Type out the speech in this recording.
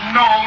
no